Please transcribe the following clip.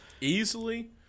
Easily